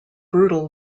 brutal